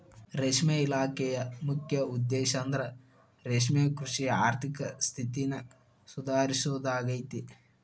ರೇಷ್ಮೆ ಇಲಾಖೆಯ ಮುಖ್ಯ ಉದ್ದೇಶಂದ್ರ ರೇಷ್ಮೆಕೃಷಿಯ ಆರ್ಥಿಕ ಸ್ಥಿತಿನ ಸುಧಾರಿಸೋದಾಗೇತಿ